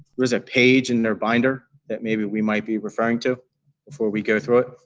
there's a page in their binder that maybe we might be referring to before we go through it.